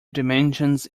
dimensions